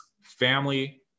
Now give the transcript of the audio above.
family